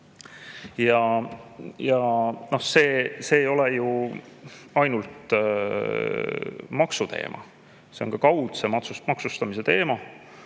Ja see ei ole ju ainult maksuteema, see on ka kaudse maksustamise teema.